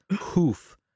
Hoof